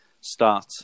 start